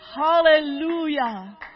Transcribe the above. Hallelujah